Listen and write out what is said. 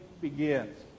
begins